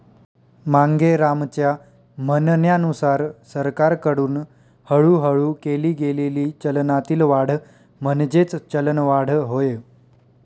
मांगेरामच्या म्हणण्यानुसार सरकारकडून हळूहळू केली गेलेली चलनातील वाढ म्हणजेच चलनवाढ होय